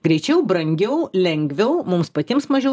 greičiau brangiau lengviau mums patiems mažiau